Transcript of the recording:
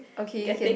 okay you can